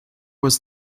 was